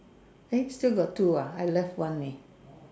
eh still got two ah I left one leh